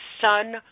son